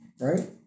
right